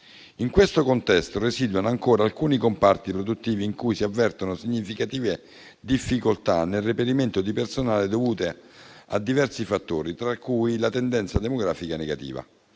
In questo contesto residuano ancora alcuni comparti produttivi in cui si avvertono significative difficoltà nel reperimento di personale, dovute a diversi fattori, tra cui la tendenza demografica negativa.